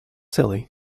silly